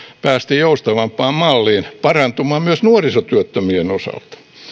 päästiin joustavampaan malliin myös nuorisotyöttömien osalta